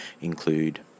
include